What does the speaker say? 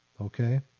Okay